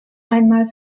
einmal